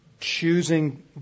choosing